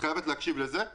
את חייבת להקשיב לדבר הבא,